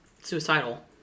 suicidal